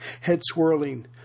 Head-swirling